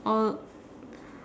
all